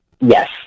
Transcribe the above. yes